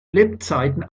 lebzeiten